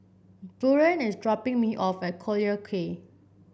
Buren is dropping me off at Collyer Quay